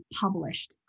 published